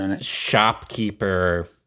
shopkeeper